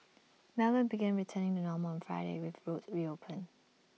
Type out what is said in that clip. melbourne began returning to normal on Friday with roads reopened